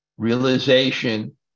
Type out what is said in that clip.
Realization